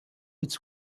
its